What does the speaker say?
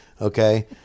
okay